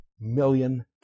million